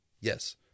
Yes